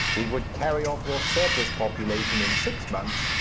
it would carry off your surplus population in six months,